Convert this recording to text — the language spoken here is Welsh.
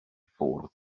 ffwrdd